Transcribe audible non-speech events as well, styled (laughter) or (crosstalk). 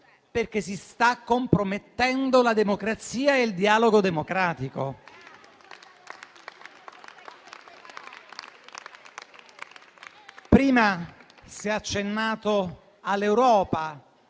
perché si stanno compromettendo la democrazia e il dialogo democratico. (applause) Prima si è accennato all'Europa,